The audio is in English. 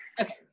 Okay